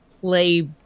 play